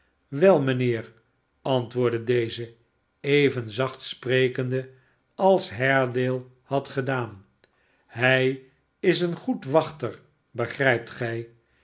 wel mijnheer antwoordde deze even zacht sprekende als haredale had gedaan hij is een goed wachter begrijpt gij